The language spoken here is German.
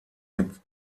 mit